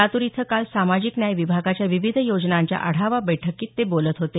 लातूर इथं काल सामाजिक न्याय विभागाच्या विविध योजनांच्या आढावा बैठकीत ते बोलत होते